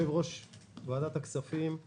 ויושב-ראש ועדת הכספים,